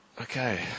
Okay